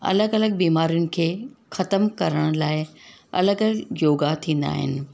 अलॻि अलॻि बीमारियुनि खे ख़तम करण लाइ अलॻि अलॻि योगा थींदा आहिनि